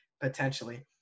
potentially